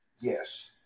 Yes